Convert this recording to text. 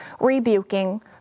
rebuking